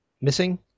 missing